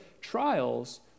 trials